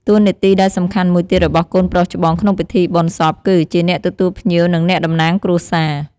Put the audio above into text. តួនាទីដែលសំខាន់មួយទៀតរបស់កូនប្រុសច្បងក្នុងពិធីបុណ្យសពគឺ ជាអ្នកទទួលភ្ញៀវ និងអ្នកតំណាងគ្រួសារ។